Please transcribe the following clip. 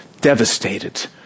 devastated